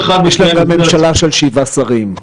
אין להם ממשלה של 37 שרים.